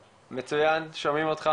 על שיתוף